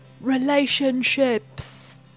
relationships